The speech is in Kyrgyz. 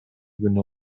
күнү